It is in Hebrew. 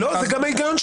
זה גם הוגן כלפי המרכז.